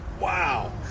Wow